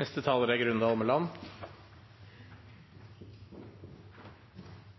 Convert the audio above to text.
Som mine medrepresentanter også påpeker, er